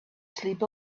sleep